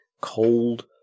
cold